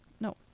No